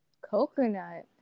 Coconut